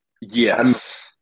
Yes